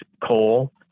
coal